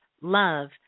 love